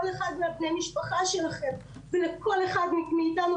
כל אחד מבני המשפחה שלכם ולכל אחד מאיתנו